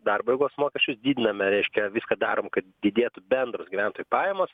darbo jėgos mokesčius didiname reiškia viską darom didėtų bendros gyventojų pajamos